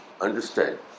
understand